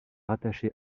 rattachée